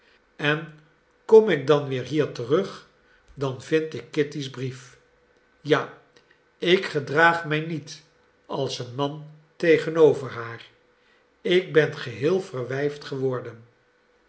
en kom ik dan weer hier terug dan vind ik kitty's brief ja ik gedraag mij niet als een man tegenover haar ik ben geheel verwijfd geworden